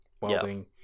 welding